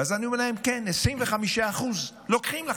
ואז אני אומר להם: כן, 25% לוקחים לכם.